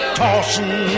tossing